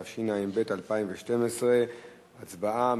התשע"ב 2012. הצבעה,